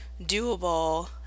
doable